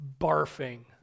barfing